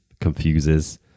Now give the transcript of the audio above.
confuses